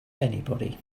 anybody